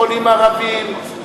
חולים ערבים,